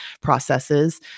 processes